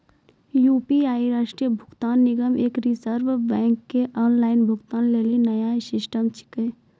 UPI राष्ट्रीय भुगतान निगम एवं रिज़र्व बैंक के ऑनलाइन भुगतान लेली नया सिस्टम छिकै